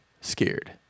scared